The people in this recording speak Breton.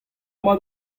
mat